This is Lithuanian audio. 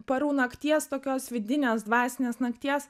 parų nakties tokios vidinės dvasinės nakties